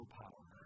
power